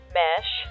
mesh